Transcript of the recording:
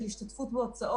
מירי?